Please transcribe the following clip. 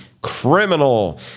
criminal